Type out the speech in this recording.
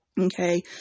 Okay